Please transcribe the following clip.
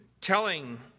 telling